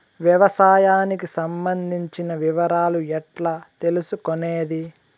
వ్యవసాయానికి సంబంధించిన వివరాలు ఎట్లా తెలుసుకొనేది?